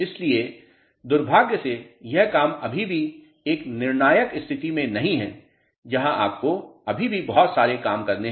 इसलिए दुर्भाग्य से यह काम अभी भी एक निर्णायक स्थिति में नहीं है जहाँ आपको अभी भी बहुत सारे काम करने हैं